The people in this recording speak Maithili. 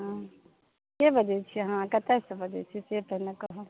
हँ केँ बजैत छियै अहाँ कतऽसँ बजैत छियै से पहिने कहू